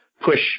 push